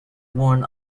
worn